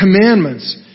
commandments